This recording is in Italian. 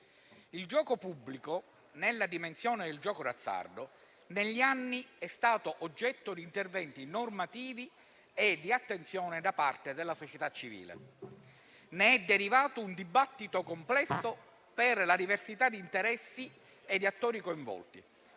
il gioco pubblico nella dimensione del gioco d'azzardo è stato oggetto negli anni di interventi normativi e di attenzione da parte della società civile. Ne è derivato un dibattito complesso per la diversità di interessi e di attori coinvolti,